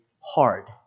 hard